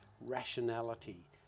Rationality